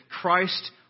Christ